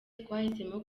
twahisemo